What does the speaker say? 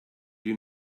you